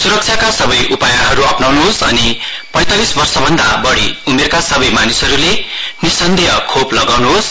सुरक्षाका सबै उपायहरू अपनाउनुहोस् अनि पैंतालीस वर्षभन्दा बढ़ी उमेरका सबै मानिसहरूले निसन्देह खोप लगाउनुहोस्